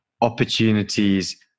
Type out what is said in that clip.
opportunities